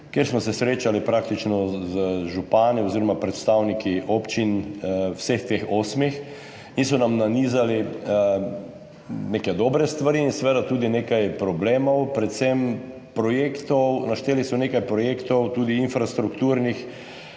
kjer smo se srečali z župani oziroma predstavniki praktično vseh teh osmih občin, in so nam nanizali neke dobre stvari in seveda tudi nekaj problemov, predvsem projektov. Našteli so nekaj projektov, tudi infrastrukturnih,